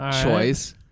choice